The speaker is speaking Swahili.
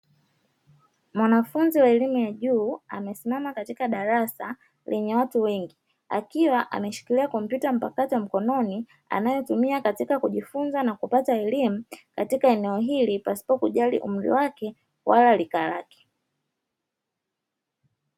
Mwanafunzi wa elimu ya juu amesimama katika darasa lenye watu wengi, akiwa ameshikilia kompyuta mpakato mkononi, anayotumia katika kujifunza na kupata elimu katika eneo hili pasipo kujali umri wake wala lika lake.